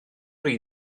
rhy